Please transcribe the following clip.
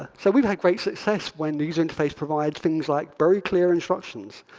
ah so we've had great success when the user interface provides things like, very clear instructions.